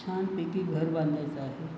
छानपैकी घर बांधायचं आहे